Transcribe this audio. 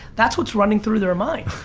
that's what's running through their mind.